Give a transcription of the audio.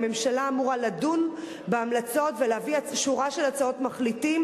הממשלה אמורה לדון בהמלצות ולהביא שורה של הצעות מחליטים,